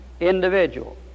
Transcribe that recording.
individual